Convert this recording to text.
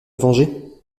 venger